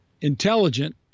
intelligent